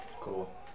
Cool